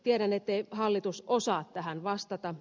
tiedän ettei hallitus osaa tähän vastata